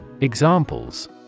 Examples